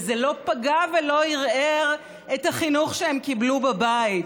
וזה לא זה פגע ולא ערער את החינוך שהם קיבלו בבית.